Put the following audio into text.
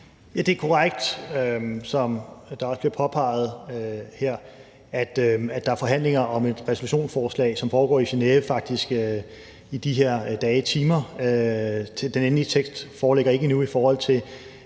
påpeget her, at der er forhandlinger om et resolutionsforslag, som faktisk foregår i Genève i de her dage og timer. Den endelige tekst i forhold til